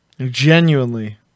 Genuinely